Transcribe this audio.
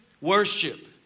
worship